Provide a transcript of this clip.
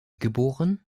geb